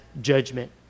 judgment